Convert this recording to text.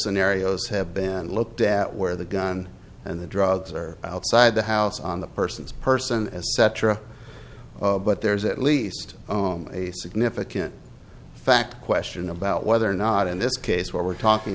scenarios have been looked at where the gun and the drugs are outside the house on the persons person as cetera but there's at least oh my a significant fact question about whether or not in this case we're talking